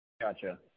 Gotcha